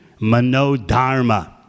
manodharma